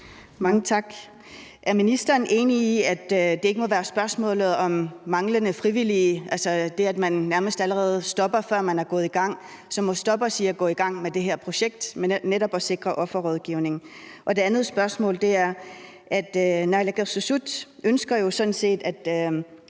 Mange tak. Er ministeren enig i, at det ikke må være et spørgsmål om manglende frivillige, der bevirker, at man nærmest allerede stopper, før man er gået i gang med det her projekt om netop at sikre offerrådgivningen? Det andet spørgsmål går på, at naalakkersuisut jo sådan set